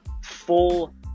full